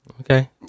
Okay